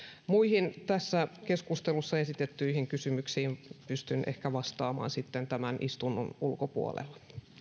muihin tässä keskustelussa esitettyihin kysymyksiin pystyn ehkä vastaamaan sitten tämän istunnon ulkopuolella